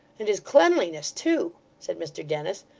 and his cleanliness too said mr dennis,